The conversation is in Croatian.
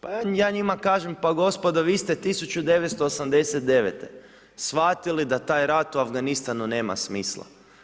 Pa ja njima kažem, pa gospodo vi ste 1989. shvatili da taj rat u Afganistanu nema smisla.